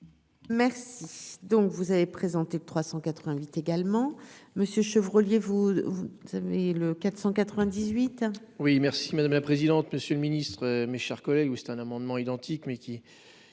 Merci donc, vous avez présenté de 388 également monsieur Chevreau, vous, vous savez le 498. Oui merci madame la présidente, monsieur le ministre, mes chers collègues, c'est un amendement identique mais qui,